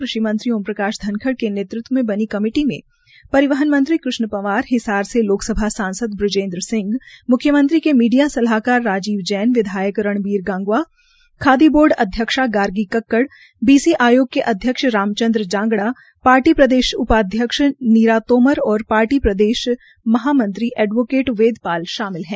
कृषिमंत्री ओम प्रकाश धनखड़ के नेतृत्व में बनी कमेटी में परिवहन मंत्री कृष्ण लाल पंवार हिसार के लोकसभा सांसद ब्रजेन्द्र सिंह म्ख्यमंत्री के मीडिया सलाहकार राजीव जैनविधायक रणबीर गंगवा खादी बोर्ड अध्यक्ष गार्गी कक्कड़ बी सी आयोग के अध्यक्ष रामचन्द्र जांगड़ा पार्टी प्रदेश उपाध्यक्ष नीरा तोमर और पार्टी प्रदेश महामंत्री एडवोकट वेदपाल शामिल है